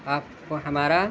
آپ کو ہمارا